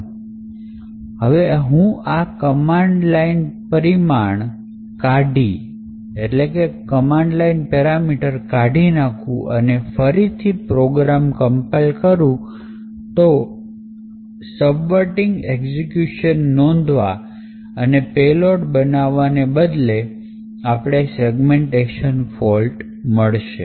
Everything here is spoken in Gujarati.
તો હવે હું આ કમાંડ લાઈન પરિમાણ કાઢી ફરી પ્રોગ્રામ compiler કરું તો sabvartig એક્ઝીક્યુશન નોંધવા અને પેલોડ બનાવવાને બદલે આપણે segmentation fault મળશે